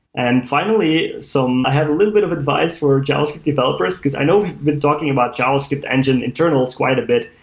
and finally, i have a little bit of advice for javascript developers, because i know we've been talking about javascript engine internals quite a bit,